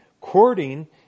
Courting